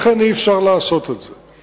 לכן אי-אפשר לעשות את זה.